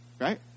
right